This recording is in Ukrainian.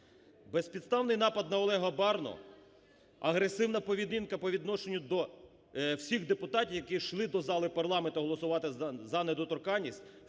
Безпідставний напад на Олега Барну, агресивна поведінка по відношенню до всіх депутатів, які йшли до зали парламенту голосувати за недоторканність,